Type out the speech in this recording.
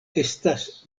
estas